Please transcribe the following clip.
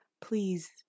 please